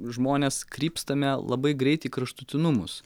žmonės krypstame labai greit į kraštutinumus